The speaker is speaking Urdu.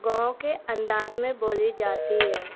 گاؤں کے انداز میں بولی جاتی ہے